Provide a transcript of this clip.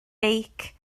beic